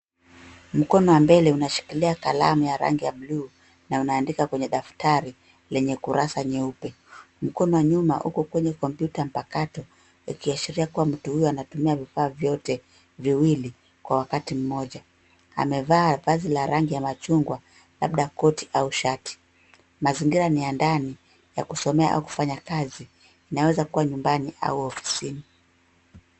Mkono wa mbele unashikilia kalamu ya rangi ya buluu na unaandika kwenye daftari lenye kurasa nyeupe. Mkono wa nyuma uko kwenye kompyuta mpakato ikiashiria kuwa mtu huyu anatumia vifaa vyote viwili kwa wakati mmoja. Amevaa vazi la rangi ya machungwa, labda koti au shati. Mazingira ni ya ndani ya kusomea au kufanya kazi, inaweza kuwa nyumbani au ofisini.